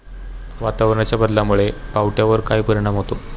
वातावरणाच्या बदलामुळे पावट्यावर काय परिणाम होतो?